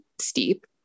steep